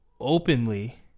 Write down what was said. openly